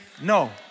no